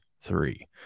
three